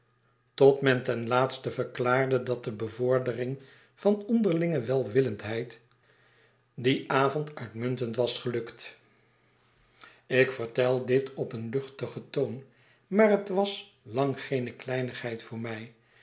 tot men ten laatste verklaarde datdebevordering van onderlinge welwillendheid dien avond uitmuntend was gelukt ik vertel dit op een luchtigen toon maar het was lang geene kleinigheid voor mij